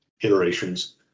iterations